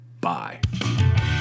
Bye